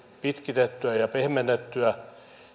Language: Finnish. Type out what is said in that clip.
pitkitettyä ja pehmennettyä